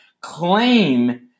claim